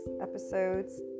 Episodes